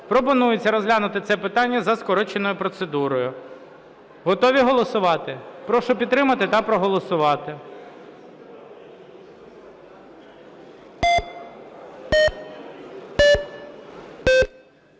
Пропонується розглянути це питання за скороченою процедурою. Готові голосувати? Прошу підтримати та проголосувати.